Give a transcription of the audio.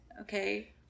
okay